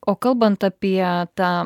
o kalbant apie tą